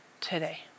today